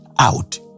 out